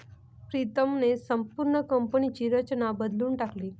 प्रीतमने संपूर्ण कंपनीची रचनाच बदलून टाकली